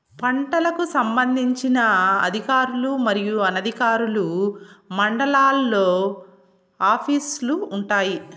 పంటలకు సంబంధించిన అధికారులు మరియు అనధికారులు మండలాల్లో ఆఫీస్ లు వుంటాయి?